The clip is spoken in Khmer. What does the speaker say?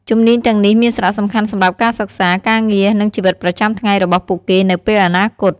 ជំនាញទាំងនេះមានសារៈសំខាន់សម្រាប់ការសិក្សា ការងារ និងជីវិតប្រចាំថ្ងៃរបស់ពួកគេនៅពេលអនាគត។